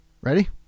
ready